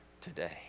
today